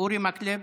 אורי מקלב